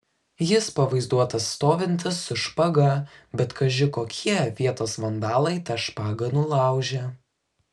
jis pavaizduotas stovintis su špaga bet kaži kokie vietos vandalai tą špagą nulaužė